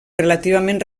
relativament